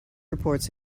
reports